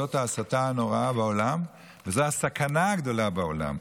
זאת ההסתה הנוראה בעולם, וזו הסכנה הגדולה בעולם.